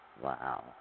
wow